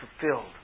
fulfilled